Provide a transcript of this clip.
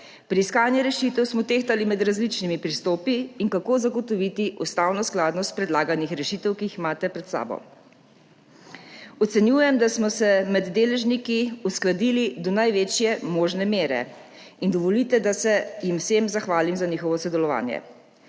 Pri iskanju rešitev smo tehtali med različnimi pristopi in kako zagotoviti ustavno skladnost predlaganih rešitev, ki jih imate pred sabo. Ocenjujem, da smo se med deležniki uskladili do največje možne mere. Dovolite, da se jim vsem zahvalim za njihovo sodelovanje.